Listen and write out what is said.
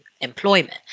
employment